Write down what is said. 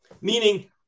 Meaning